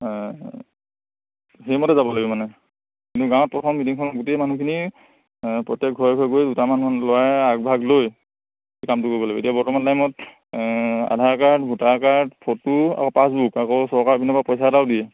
অঁ সেইমতে যাব লাগিব মানে কিন্তু গাঁৱত প্ৰথম মিটিংখনত গোটেই মানুহখিনি প্ৰত্যেক ঘৰে ঘৰে গৈ দুটামান ল'ৰাই আগভাগ লৈ সেই কামটো কৰিব লাগিব এতিয়া বৰ্তমান টাইমত Aadhaar card voter card photo আকৌ পাছবুক আকৌ চৰকাৰৰ পিনৰ পৰা পইচা এটাও দিয়ে